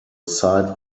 site